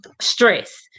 stress